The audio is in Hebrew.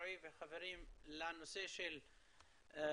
רועי וחברים, לנושא של פשע,